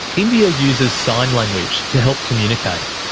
india uses sign language to help communicate.